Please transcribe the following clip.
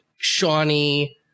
Shawnee